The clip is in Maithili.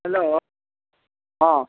हेलो हँ